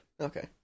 Okay